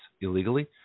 illegally